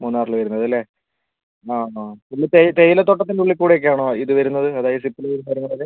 മൂന്നാറിൽ വരുന്നത് അല്ലെ ആ ആ പിന്നെ തേയില തോട്ടത്തിൻ്റെ ഉള്ളിൽ കൂടെ ഒക്കെ ആണോ ഇത് വരുന്നത് അതായത് ഷിപ്പിൽ വരുമ്പം അത് കാണാതെ